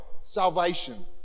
salvation